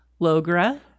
logra